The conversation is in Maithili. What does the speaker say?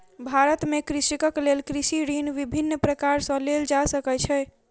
भारत में कृषकक लेल कृषि ऋण विभिन्न प्रकार सॅ लेल जा सकै छै